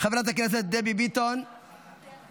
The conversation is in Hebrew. חברת הכנסת דבי ביטון -- מוותרת.